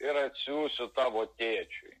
ir atsiųsiu tavo tėčiui